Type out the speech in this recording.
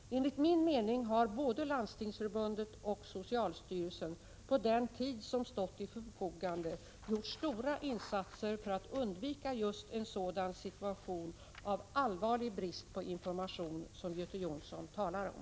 Enligt min mening har både Landstingsförbundet och socialstyrelsen, på den tid som stått till förfogande, gjort stora insatser för att undvika just en sådan situation av ”allvarlig brist på information” som Göte Jonsson talar om.